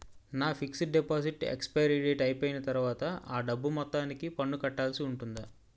నా fixed deposit expiry date అయిపోయిన తర్వాత అ డబ్బు మొత్తానికి పన్ను కట్టాల్సి ఉంటుందా?